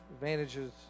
advantages